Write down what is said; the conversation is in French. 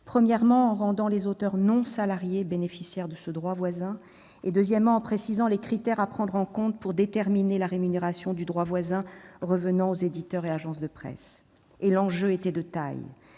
premièrement, en rendant les auteurs non salariés bénéficiaires du droit voisin ; deuxièmement, en précisant les critères à prendre en compte pour déterminer la rémunération du droit voisin revenant aux éditeurs et agences de presse. Et l'enjeu était de taille.